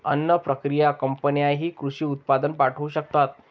अन्न प्रक्रिया कंपन्यांनाही कृषी उत्पादन पाठवू शकतात